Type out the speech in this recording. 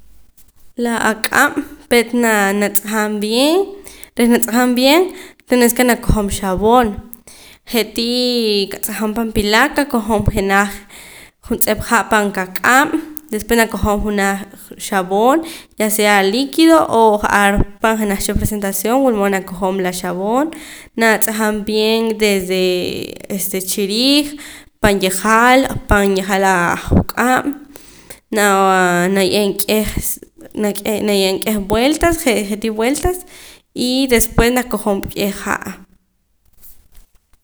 La aq'ab' peet naa natz'ajab' bien reh natz'ajab' bien tenes ke nakojom xaboon je'tii qatz'ajam pan piila qakojom jenaj nuntz'ep ha' pan qaq'ab' después nakojom junaj xaboon ya sea liquido o ja'ar pan jenaj cha presentación wulmood nakojom la xaboon natz'ajam bien desde este chiriij pan yejaal pan yejaal aju' q'ab' naa naye'em k'eh je' naye'em k'eh vueltas je'tii vueltas y después nakojom k'eh ha'